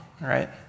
right